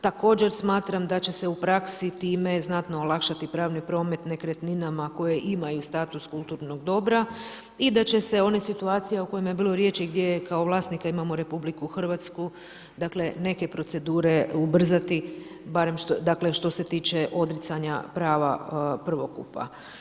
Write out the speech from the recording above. Također smatram da će se u praksi time znatno olakšati pravni promet nekretninama koje imaju status kulturnog dobra i da će se one situacije u kojima je bilo riječi gdje je kao vlasnika imamo RH, dakle neke procedure ubrzati, barem što se tiče odricanja prava prvokupa.